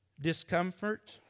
discomfort